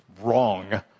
wrong